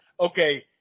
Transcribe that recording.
okay